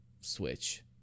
Switch